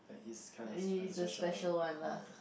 he is a special one lah